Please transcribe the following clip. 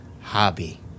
hobby